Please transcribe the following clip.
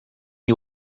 ihr